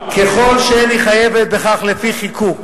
ככל שאין היא חייבת לכך על-פי חיקוק.